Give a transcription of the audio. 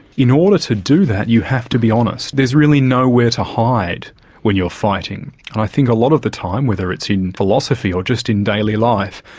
in order to do that, you have to be honest. there's really nowhere to hide when you're fighting i think a lot of the time, whether it's in philosophy or just in daily life,